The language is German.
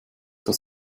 dass